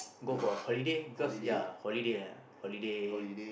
go for holiday because ya holiday ah holiday